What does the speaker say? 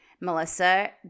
Melissa